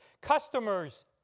customers